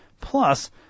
Plus